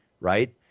right